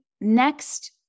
next